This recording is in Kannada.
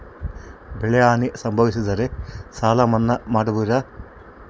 ಬೆಳೆಹಾನಿ ಸಂಭವಿಸಿದರೆ ಸಾಲ ಮನ್ನಾ ಮಾಡುವಿರ?